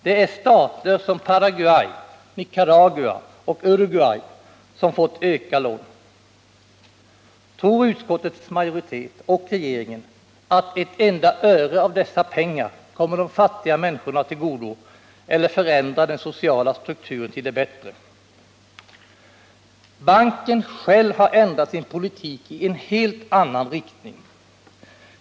Det är stater som Paraguay, Nicaragua och Uruguay som har fått större lån. Tror utskottets majoritet och regeringen att ett enda öre av dessa pengar kommer de fattiga människorna till godo eller förändrar den sociala strukturen till det bättre? Banken själv har ändrat sin politik i en helt annan riktning.